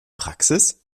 praxis